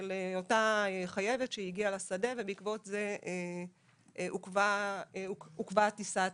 של אותה חייבת שהגיעה לשדה ובעקבות זה עוכבה הטיסה עצמה.